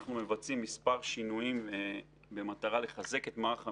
אנחנו מבצעים מספר שינויים במטרה לחזק את מערך המילואים.